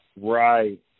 Right